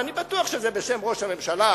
ואני בטוח שזה בשם ראש הממשלה,